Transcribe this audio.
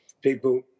People